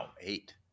Eight